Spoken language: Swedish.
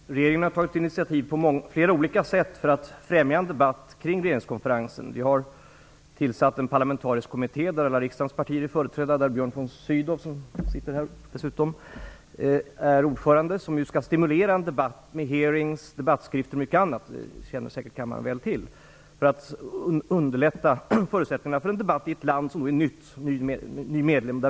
Fru talman! Regeringen har tagit initiativ på flera olika sätt för att främja en debatt kring regeringskonferensen. Vi har tillsatt en parlamentariskt kommitté, där alla riksdagens partier är företrädda och där Björn von Sydow som sitter här är ordförande, som skall stimulera en debatt med utfrågningar, debattskrifter och mycket annat. Det känner säkert kammaren väl till. Detta har vi gjort för att underlätta förutsättningarna för en debatt i ett land som är ny medlem.